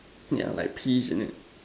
yeah like peas in it